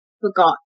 forgot